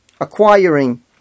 acquiring